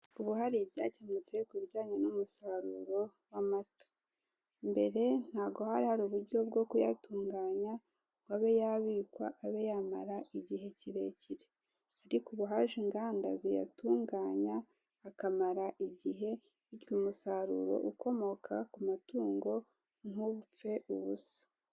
Ubu hari ibyakemutse ku bijyanye n'umusaruro w'amata. Mbere, ntago hari hari uburyo bwo kuyatunganya ngo abe yabikwa, abe yamara igihe kirekire. Ariko ubu haje inganda ziyatunganya, akamara igihe, bityo umusaruro ukomoka ku matungo ntupfe ubusa.